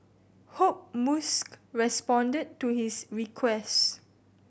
hope Musk responded to his request